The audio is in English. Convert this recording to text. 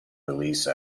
release